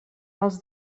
als